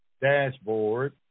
dashboard